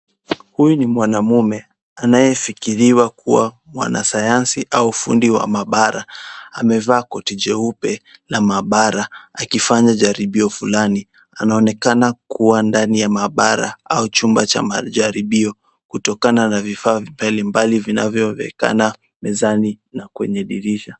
Huyu ni mwanamume anayefikiriwa kuwa mwanasayansi au fundi wa maabara. Amevaa koti jeupe la maabara akifanya jaribio fulani . Anaonekana kuwa ndani ya maabara au chumba cha majaribio kutokana na vifaa mbalimbali vinavyoonekana mezani na kwenye dirisha.